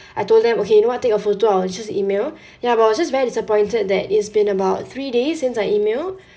I told them okay you know what take a photo I'll just email ya but I was just very disappointed that it's been about three days since I emailed